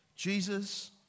Jesus